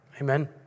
Amen